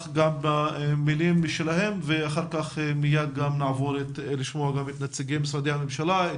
במלים שלהם ואחר כך מיד נעבור לשמוע גם את משרדי הממשלה,